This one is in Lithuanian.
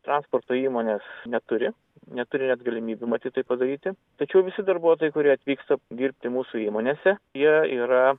transporto įmonės neturi neturi net galimybių matyt tai padaryti tačiau visi darbuotojai kurie atvyksta dirbti mūsų įmonėse jie yra